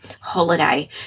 holiday